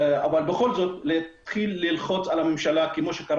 אבל בכל זאת להתחיל ללחוץ על הממשלה כמו שקרה